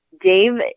dave